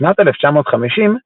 בשנת 1950,